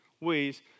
ways